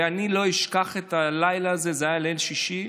ואני לא אשכח את הלילה הזה, זה היה ליל שישי,